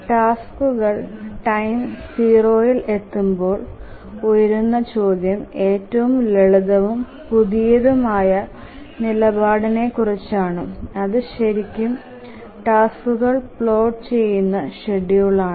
ടാസ്കുകൾ ടൈം 0ഇൽ എത്തുമ്പോൾ ഉയരുന്ന ചോദ്യം ഏറ്റവും ലളിതവും പുതിയതും ആയ നിലപാടിനെ കുറിച്ചാണ് അതു ശെരിക്കും ടാസ്കുകൾ പ്ലോട്ട് ചെയുന്ന ഷ്ഡ്യൂൽ ആണ്